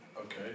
Okay